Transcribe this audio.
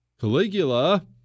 Caligula